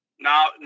now